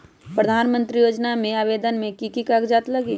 प्रधानमंत्री योजना में आवेदन मे की की कागज़ात लगी?